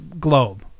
globe